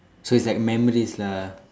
so it's like memories lah